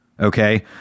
okay